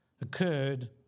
occurred